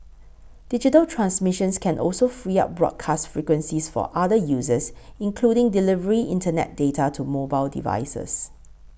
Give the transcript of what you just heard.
digital transmissions can also free up broadcast frequencies for other uses including delivering Internet data to mobile devices